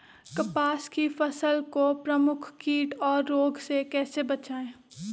कपास की फसल को प्रमुख कीट और रोग से कैसे बचाएं?